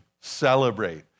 celebrate